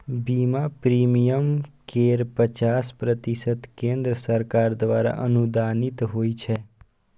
बीमा प्रीमियम केर पचास प्रतिशत केंद्र सरकार द्वारा अनुदानित होइ छै